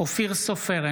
אופיר סופר,